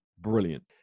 brilliant